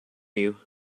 you